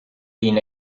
been